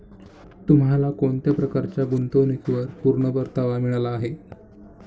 तुम्हाला कोणत्या प्रकारच्या गुंतवणुकीवर पूर्ण परतावा मिळाला आहे